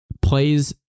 plays